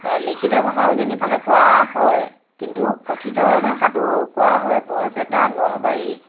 লিখিত ভাষা উজনিৰ ফালে কোৱা হয় কিন্তু কথিত ভাষাটো কোৱা হয় বৰপেটা নলবাৰী